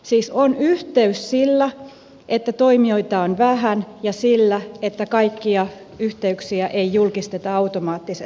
siis on yhteys sillä että toimijoita on vähän ja sillä että kaikkia yhteyksiä ei julkisteta automaattisesti